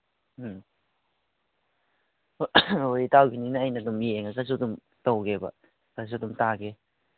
ꯎꯝ ꯍꯣꯏ ꯏꯇꯥꯎꯒꯤꯅꯤꯅ ꯑꯩꯅ ꯑꯗꯨꯝ ꯌꯦꯡꯉꯒꯁꯨ ꯑꯗꯨꯝ ꯇꯧꯒꯦꯕ ꯈꯔꯁꯨ ꯑꯗꯨꯝ ꯇꯥꯒꯦ